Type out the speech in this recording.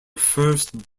first